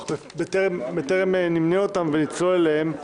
אך בטרם נמנה אותם ונצלול אליהם,